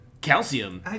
Calcium